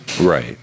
right